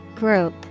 Group